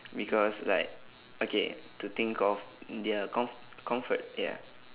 because like okay to think of their comf~ comfort ya